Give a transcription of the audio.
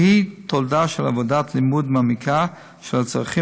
והיא תולדה של עבודת לימוד מעמיקה של הצרכים